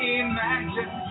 imagine